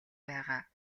байгаа